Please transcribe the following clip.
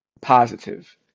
positive